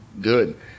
good